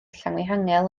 llanfihangel